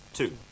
two